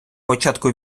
початку